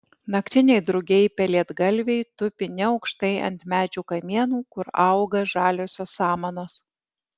naktiniai drugiai pelėdgalviai tupi neaukštai ant medžių kamienų kur auga žaliosios samanos